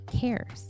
cares